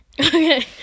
Okay